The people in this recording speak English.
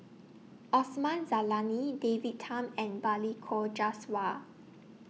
Osman Zailani David Tham and Balli Kaur Jaswal